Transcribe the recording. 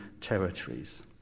territories